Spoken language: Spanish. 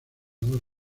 dos